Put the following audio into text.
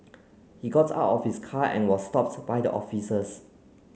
he got out of his car and was stopped by the officers